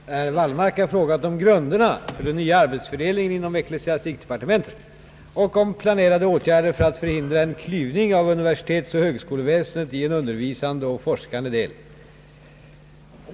Herr talman! Herr Wallmark har frågat om grunderna för den nya arbetsfördelningen inom ecklesiastikdepartementet och om planerade åtgärder för att förhindra en klyvning av universitetsoch högskoleväsendet i en undervisande och en forskande del.